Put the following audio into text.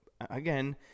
again